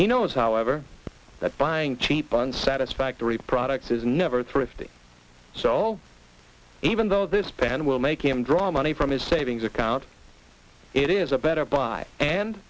he knows however that buying cheap on satisfactory products is never thrifty soul even though this pen will make him draw money from his savings account it is a better buy and